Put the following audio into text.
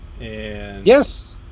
Yes